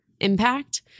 impact